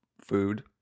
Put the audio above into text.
food